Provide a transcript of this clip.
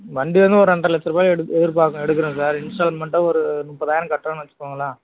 வண்டி வந்து ஒரு ரெண்டரை லட்ச ரூபாய்க்கு எடுக்கு எதிர்பாக்கு எடுக்கிற சார் இன்ஸ்டால்மெண்ட்டாக ஒரு முப்பதாயிரம் கட்டுறோன்னு வச்சுகோங்களன்